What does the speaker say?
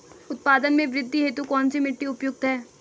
उत्पादन में वृद्धि हेतु कौन सी मिट्टी उपयुक्त है?